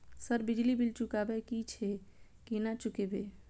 Sir बिजली bill चुकाबे की छे केना चुकेबे?